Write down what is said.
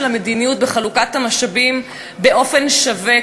המדיניות בחלוקת המשאבים באופן שווה,